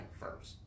first